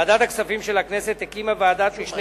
ועדת הכספים של הכנסת הקימה ועדת משנה